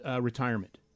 retirement